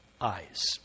eyes